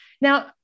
Now